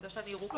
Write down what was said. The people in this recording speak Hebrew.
בגלל שהיא ירוקה,